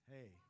Hey